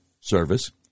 service